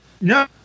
No